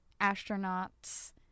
astronauts